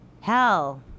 Hell